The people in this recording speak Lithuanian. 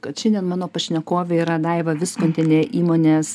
kad šiandien mano pašnekovė yra daiva viskontienė įmonės